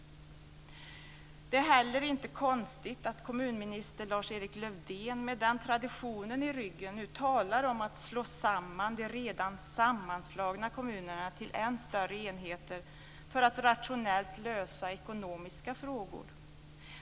Det är heller inte konstigt att kommunminister Lars-Erik Lövdén med den traditionen i ryggen nu talar om att slå samman de redan sammanslagna kommunerna till än större enheter för att rationellt handlägga ekonomiska frågor.